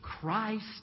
Christ